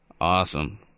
Awesome